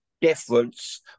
difference